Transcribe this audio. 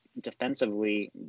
defensively